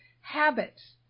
habits